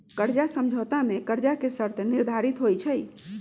कर्जा समझौता में कर्जा के शर्तें निर्धारित होइ छइ